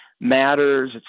matters